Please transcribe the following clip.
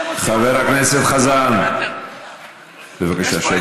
חבר הכנסת חזן, בבקשה, שב,